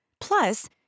Plus